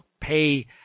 pay